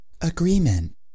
Agreement